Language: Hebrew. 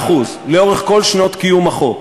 לאורך כל שנות קיום החוק,